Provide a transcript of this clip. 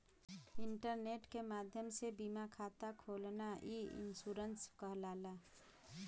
internet के माध्यम से बीमा खाता खोलना ई इन्शुरन्स कहलाला